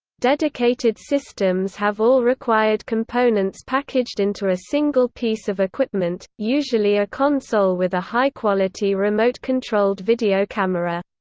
dedicated systems have all required components packaged into a single piece of equipment, usually a console with a high quality remote controlled video camera.